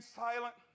silent